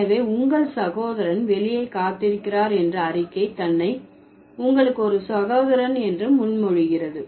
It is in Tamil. எனவே உங்கள் சகோதரன் வெளியே காத்திருக்கிறார் என்ற அறிக்கை தன்னை உங்களுக்கு ஒரு சகோதரன் என்று முன்மொழிகிறது